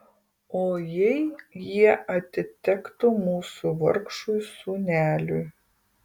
o jei jie atitektų mūsų vargšui sūneliui